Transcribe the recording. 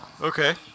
Okay